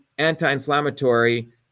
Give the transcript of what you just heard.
anti-inflammatory